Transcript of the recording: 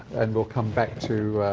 and we'll come back to